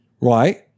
right